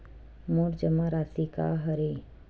मोर जमा राशि का हरय?